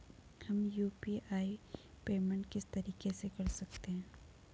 हम UPI payment किस तरीके से कर सकते हैं?